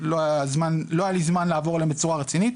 לא היה לי זמן לעבור עליהם בצורה רצינית,